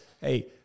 hey